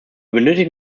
benötigen